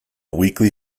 weekly